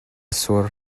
sur